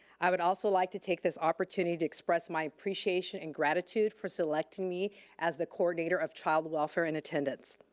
i would also like to take this opportunity to express my appreciation and gratitude for selecting me as the coordinator of child welfare and attendance.